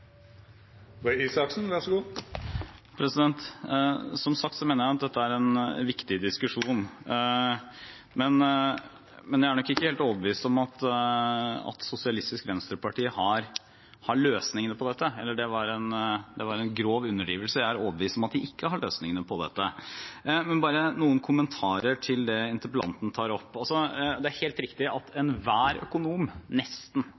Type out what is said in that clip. en viktig diskusjon, men jeg er nok ikke helt overbevist om at Sosialistisk Venstreparti har løsningene på dette. Det var en grov underdrivelse – jeg er overbevist om at de ikke har løsningene på dette. Så noen kommentarer til det interpellanten tar opp: Det er helt riktig at enhver økonom – nesten